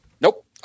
Nope